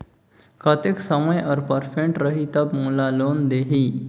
कतेक समय और परसेंट रही तब मोला लोन देही?